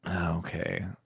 Okay